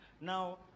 Now